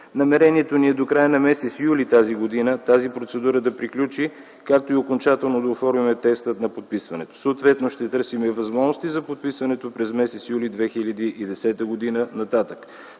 Намерението ни е до края на месец юли тази година тази процедура да приключи, както и окончателно да оформим текста на подписването. Съответно ще търсим и възможности за подписването през месец юли 2010 г. и нататък,